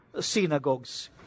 synagogues